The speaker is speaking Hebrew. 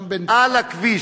גם בין, על הכביש.